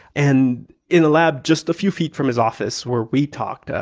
and in the lab just a few feet from his office, where we talked,